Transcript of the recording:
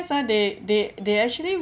ah they they they actually